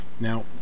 Now